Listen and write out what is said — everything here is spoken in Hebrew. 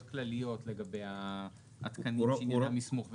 כלליות לגבי התקנים שעניינם מסמוך ותיעוד?